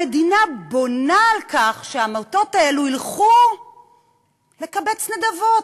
המדינה בונה על כך שהעמותות האלו ילכו לקבץ נדבות,